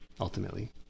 ultimately